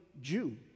Jew